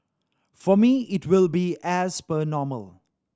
for me it will be as per normal